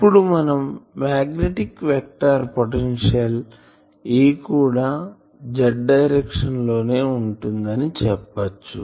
ఇప్పుడు మనం magnetic vector potential A కూడా Z డైరెక్షన్ లోనే ఉంటుందని చెప్పచ్చు